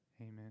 Amen